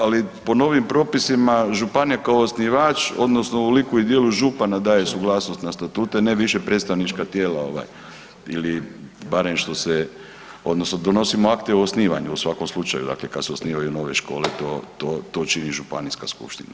Ali, po novim propisima, županija kao osnivač, odnosno u liku i djelu župana daje suglasnost na statute, ne više predstavnička tijela ili barem što se, odnosno donosimo akte o osnivanju, u svakom slučaju, dakle kad se osnivaju nove škole, to čini županijska skupština.